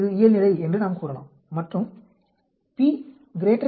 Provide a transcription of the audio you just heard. இது இயல்நிலை என்று நாம் கூறலாம் மற்றும் p 0